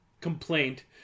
complaint